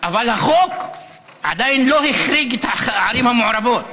אבל החוק עדיין לא החריג את הערים המעורבות.